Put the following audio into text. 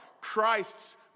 Christ's